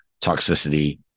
toxicity